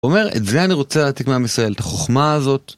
הוא אומר, את זה אני רוצה להעתיק מעם ישראל, את החוכמה הזאת.